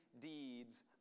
deeds